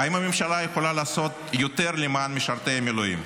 האם הממשלה יכולה לעשות יותר למען משרתי המילואים?